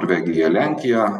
norvegija lenkija